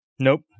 Nope